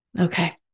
Okay